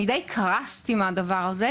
אני די קרסתי מהדבר הזה,